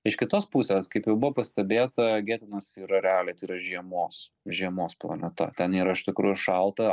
iš kitos pusės kaip jau buvo pastebėta getenas yra realiai tai yra žiemos žiemos planeta ten yra iš tikrųjų šalta